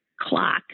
clock